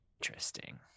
interesting